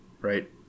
right